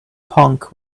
punk